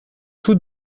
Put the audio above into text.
tout